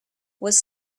was